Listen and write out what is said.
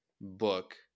book